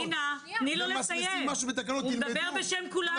תני לו לסיים, הוא מדבר בשם כולנו.